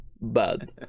bad